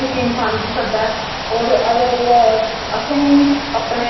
इक इन्सान गी सद्दे होर ओह्दे बाद असेंगी अपने